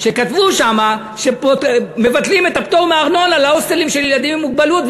כתבו שם שמבטלים את הפטור מארנונה להוסטלים של ילדים עם מוגבלות,